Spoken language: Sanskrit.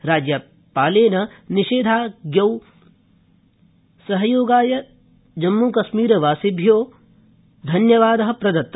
राज्यपालेन निषेधाज्ञावधौ सहयोगाय जम्मूकश्मीरवासिभ्यो धन्यवाद प्रदत्त